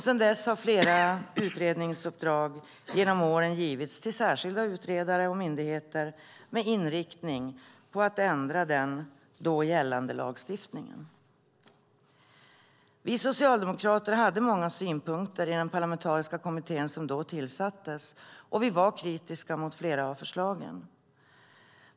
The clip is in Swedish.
Sedan dess har flera utredningsuppdrag genom åren givits till särskilda utredare och myndigheter med inriktning på att ändra den då gällande lagstiftningen. Vi socialdemokrater hade många synpunkter i den parlamentariska kommitté som då tillsattes, och vi var kritiska mot flera av förslagen.